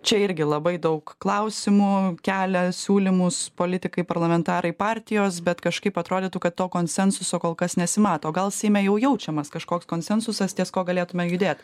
čia irgi labai daug klausimų kelia siūlymus politikai parlamentarai partijos bet kažkaip atrodytų kad to konsensuso kol kas nesimato o gal seime jau jaučiamas kažkoks konsensusas ties kuo galėtume judėt